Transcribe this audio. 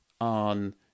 on